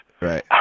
right